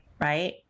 right